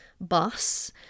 bus